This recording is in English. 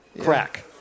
crack